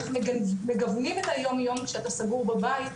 איך מגוונים את היומיום שאתה סגור בבית,